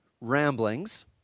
ramblings